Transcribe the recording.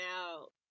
out